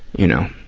you know.